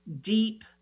deep